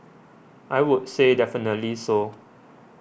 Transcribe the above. I would say definitely so